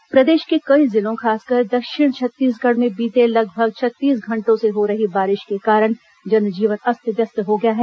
बारिश प्रदेश के कई जिलों खासकर दक्षिण छत्तीसगढ़ में बीते लगभग छत्तीस घंटों से हो रही बारिश के कारण जनजीवन अस्त व्यस्त हो गया है